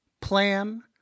plan